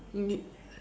you mean